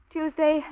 Tuesday